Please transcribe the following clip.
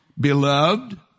Beloved